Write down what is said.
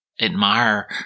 admire